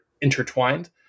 intertwined